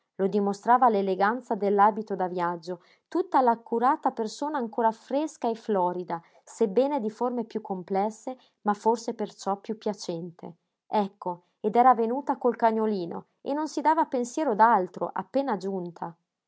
lo dimostrava l'eleganza dell'abito da viaggio tutta l'accurata persona ancora fresca e florida sebbene di forme piú complesse ma forse perciò piú piacente ecco ed era venuta col cagnolino e non si dava pensiero d'altro appena giunta